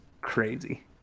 crazy